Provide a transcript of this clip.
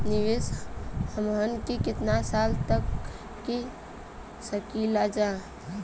निवेश हमहन के कितना साल तक के सकीलाजा?